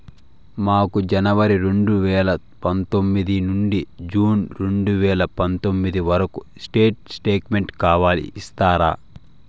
మాకు జనవరి రెండు వేల పందొమ్మిది నుండి జూన్ రెండు వేల పందొమ్మిది వరకు స్టేట్ స్టేట్మెంట్ కావాలి ఇస్తారా